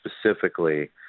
specifically